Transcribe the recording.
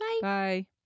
Bye